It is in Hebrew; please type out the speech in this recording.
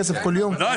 פה את